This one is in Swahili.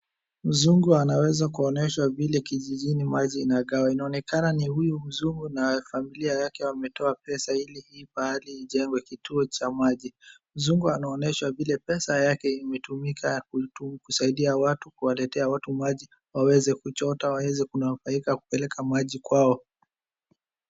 Mzungu anaweza kuonyeshwa vile kijijini maji inakaa. Inaonekana ni huyu mzungu na familia yake wametoa pesa ili hii pahali ijengwe kituo cha maji. Mzungu anaonyeshwa vile pesa yake imetumika kusaidia watu kuwaletea watu maji waweze kuchota waweze kunufaika kupeleka maji kwao.